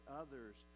others